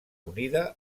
unida